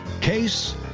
Case